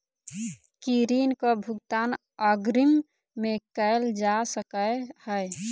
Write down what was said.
की ऋण कऽ भुगतान अग्रिम मे कैल जा सकै हय?